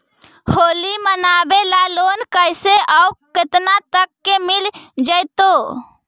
होली मनाबे ल लोन कैसे औ केतना तक के मिल जैतै?